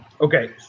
Okay